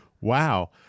Wow